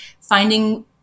finding